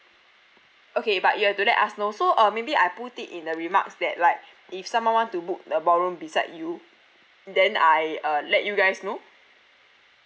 okay but you have to let us know so uh maybe I put it in the remarks that like if someone want to book the ballroom beside you then I uh let you guys know